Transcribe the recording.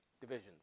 Divisions